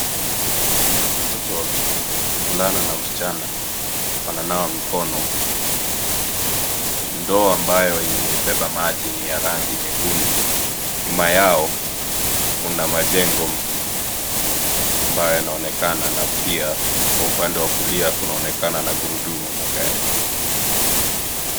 Watoto wawili, mvulana na msichana wananawa mikono, ndoo ambayo imebeba maji ni ya rangi nyekundu, nyuma yao kuna majengo ambayo yanaonekana na pia kwa upande wa kulia kunaonekana na gurudumu la gari.